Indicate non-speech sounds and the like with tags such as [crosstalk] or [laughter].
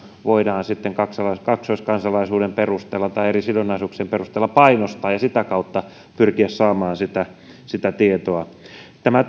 voidaan sitten kaksoiskansalaisuuden perusteella tai eri sidonnaisuuksien perusteella painostaa ja sitä kautta pyrkiä saamaan sitä sitä tietoa tämä [unintelligible]